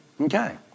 Okay